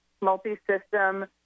multi-system